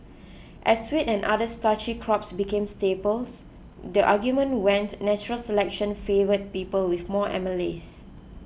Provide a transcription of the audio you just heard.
as wheat and other starchy crops became staples the argument went natural selection favoured people with more amylase